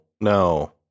no